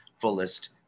fullest